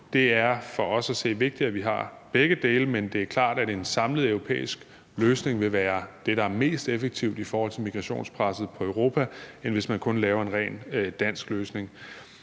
Det er for os at se vigtigt, at vi har begge dele, men det er klart, at en samlet europæisk løsning vil være det, der er mest effektivt i forhold til migrationspresset på Europa, frem for hvis man kun laver en rent dansk løsning.